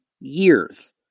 years